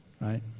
Right